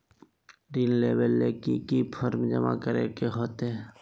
ऋण लेबे ले की की फॉर्म जमा करे होते?